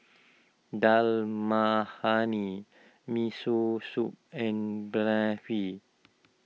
Dal Makhani Miso Soup and Barfi